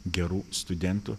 gerų studentų